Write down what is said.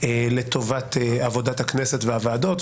לטובת עבודת הכנסת והוועדות,